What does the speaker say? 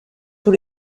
tous